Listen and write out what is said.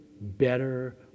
better